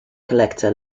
collector